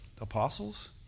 apostles